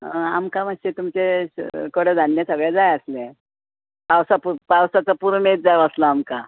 आमकां मातशे तुमचें सगळें कडध्यान जाय आसलें पावसा पावसाचो पुरुमेंत जावो आसलो आमकां